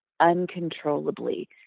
uncontrollably